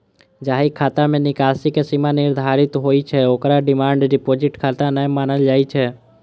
जाहि खाता मे निकासी के सीमा निर्धारित होइ छै, ओकरा डिमांड डिपोजिट खाता नै मानल जाइ छै